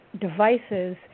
devices